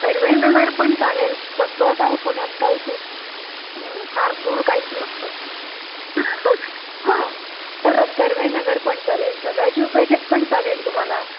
कर्वेनगर पण चालेल तसं काय पुण्यात काही खूप फार दूर काहीच नसतं हां तर कर्वेनगर पण चालेल सदाशिवपेठेत पण चालेल तुम्हाला